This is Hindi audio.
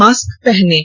मास्क पहनें